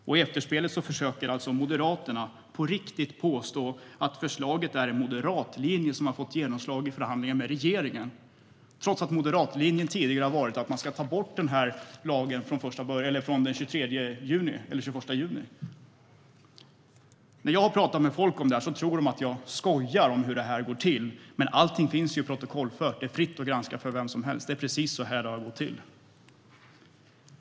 I efterspelet försöker alltså Moderaterna på riktigt påstå att förslaget är en moderatlinje som nu har fått genomslag i förhandlingar med regeringen, trots att moderatlinjen tidigare har varit att man ska ta bort den här lagen från den 21 juni. När jag pratar med folk och berättar om hur det här har gått till tror de att jag skojar. Men allting finns ju protokollfört. Det är fritt för vem som helst att granska. Det är precis så här som det har gått till.